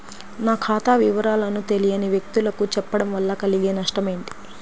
నా ఖాతా వివరాలను తెలియని వ్యక్తులకు చెప్పడం వల్ల కలిగే నష్టమేంటి?